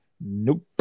nope